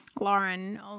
lauren